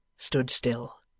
stood still.